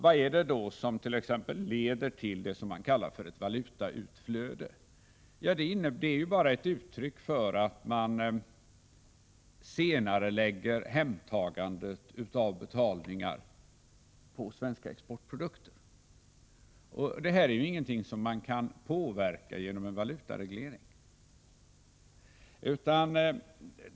Vad är det då som leder till ett valutautflöde? Detta är ju bara ett uttryck för att man senarelägger hemtagandet av betalningar för svenska exportprodukter. Det är ingenting som man kan påverka genom en valutareglering.